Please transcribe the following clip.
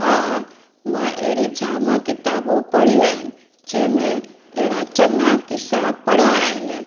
हा मां अहिड़ी जाम किताबु पढ़ियूं आहिनि जंहिंमें अहिड़ा चङा क़िसा पढ़िया आहिनि